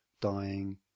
dying